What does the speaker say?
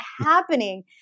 happening